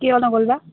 কিয় নগ'ল বা